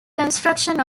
construction